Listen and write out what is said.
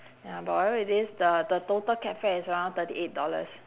ya but whatever it is the the total cab fare is around thirty eight dollars